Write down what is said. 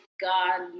God